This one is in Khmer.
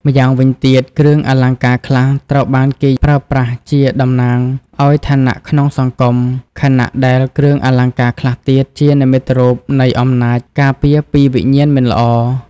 ម៉្យាងវិញទៀត គ្រឿងអលង្ការខ្លះត្រូវបានគេប្រើប្រាស់ជាតំណាងឱ្យឋានៈក្នុងសង្គម ខណៈដែលគ្រឿងអលង្ការខ្លះទៀតជានិមិត្តរូបនៃអំណាចការពារពីវិញ្ញាណមិនល្អ។